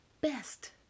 best